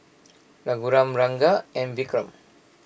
Raghuram Ranga and Vikram